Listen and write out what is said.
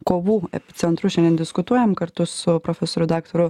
kovų epicentru šiandien diskutuojam kartu su profesoriu daktaru